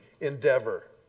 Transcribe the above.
endeavor